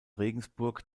regensburg